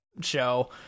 show